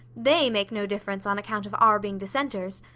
they make no difference on account of our being dissenters.